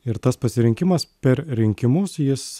ir tas pasirinkimas per rinkimus jis